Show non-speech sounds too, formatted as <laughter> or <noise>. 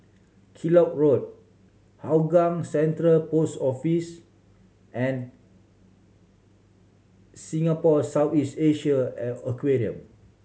Kellock Road Hougang Central Post Office and Singapore <unintelligible> is Asia and Aquarium